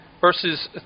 verses